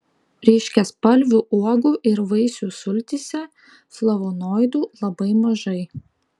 ryškiaspalvių uogų ir vaisių sultyse flavonoidų labai mažai